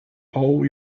all